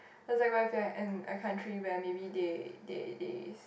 is like when you in a country where are maybe they they they